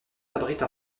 abrite